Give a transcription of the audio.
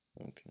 Okay